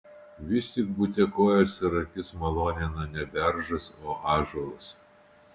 vis tik bute kojas ir akis malonina ne beržas o ąžuolas